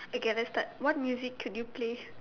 okay let's start what music could you play